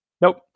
Nope